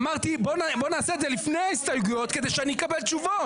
אמרתי בוא נעשה את זה לפני ההסתייגויות כדי שאני אקבל תשובות.